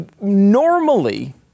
normally